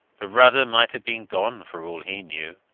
the rudder might have been gone for all he knew,